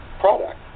product